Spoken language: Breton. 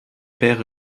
pezh